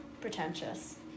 pretentious